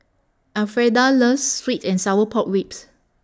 Elfreda loves Sweet and Sour Pork Ribs